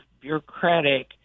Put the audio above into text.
bureaucratic